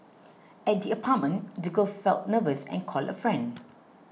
at the apartment the girl felt nervous and called a friend